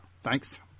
Thanks